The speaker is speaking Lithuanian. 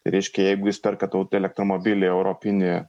reiškia jeigu jis perkat elektromobilį europinį